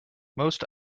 most